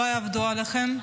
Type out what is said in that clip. שלא יעבדו עליכם,